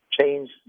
change